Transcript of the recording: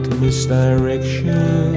misdirection